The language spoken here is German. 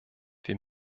wir